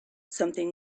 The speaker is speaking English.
something